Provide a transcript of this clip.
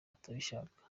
atabishaka